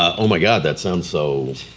ah oh my god, that sounds so.